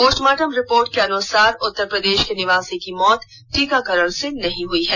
postmortem report के अनुसार उत्तर प्रदेश के निवासी की मौत टीकाकरण से नहीं हुई है